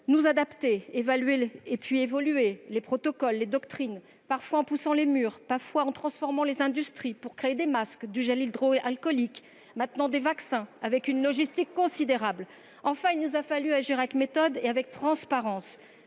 nous adapter, évaluer et faire évoluer les protocoles, les doctrines, parfois en poussant les murs, parfois en transformant les industries pour créer des masques, du gel hydroalcoolique, maintenant des vaccins, avec une logistique considérable. Il nous a fallu agir avec méthode et avec transparence,